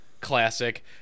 Classic